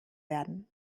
werden